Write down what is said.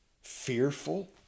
fearful